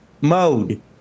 mode